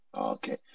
Okay